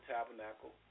Tabernacle